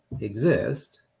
exist